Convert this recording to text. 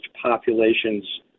populations